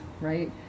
right